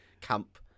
camp